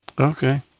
Okay